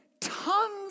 Tons